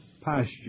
pasture